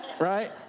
right